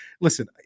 Listen